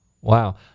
Wow